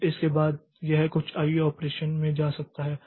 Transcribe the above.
अब इसके बाद यह कुछ आईओ ऑपरेशन में जा सकता है